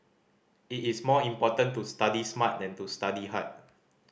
it is more important to study smart than to study hard